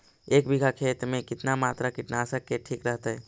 एक बीघा खेत में कितना मात्रा कीटनाशक के ठिक रहतय?